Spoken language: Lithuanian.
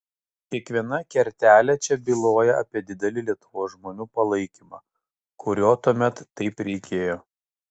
kiekviena kertelė čia byloja apie didelį lietuvos žmonių palaikymą kurio tuomet taip reikėjo